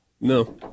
No